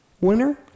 winner